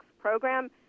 program